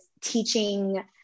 teaching